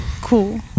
Cool